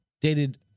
dated